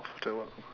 that one